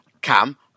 Cam